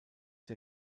der